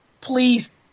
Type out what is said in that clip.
please